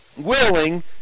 willing